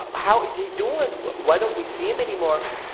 but how is he doing? why don't we see him anymore?